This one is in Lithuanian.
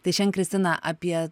tai šian kristina apie